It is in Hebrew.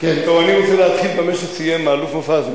אני רוצה להתחיל במה שסיים בו האלוף מופז.